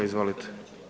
Izvolite.